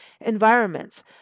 environments